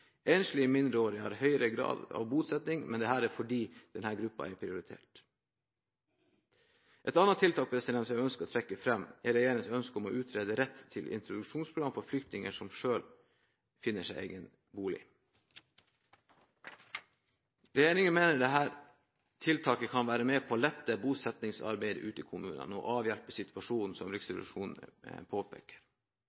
Enslige mindreårige har høyere grad av bosetting, men det er fordi denne gruppen er prioritert. Et annet tiltak som jeg ønsker å trekke fram, er regjeringens ønske om å utrede rett til introduksjonsprogram for flyktninger som selv finner seg egen bolig. Regjeringen mener dette tiltaket kan være med på å lette bosettingsarbeidet ute i kommunen og avhjelpe situasjonen som